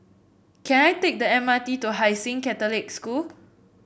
can I take the M R T to Hai Sing Catholic School